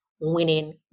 winning